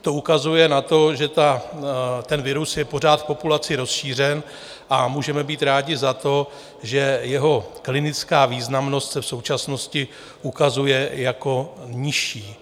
To ukazuje na to, že virus je pořád v populaci rozšířen, a můžeme být rádi za to, že jeho klinická významnost se v současnosti ukazuje jako nižší.